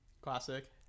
Classic